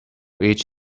each